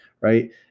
Right